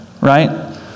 right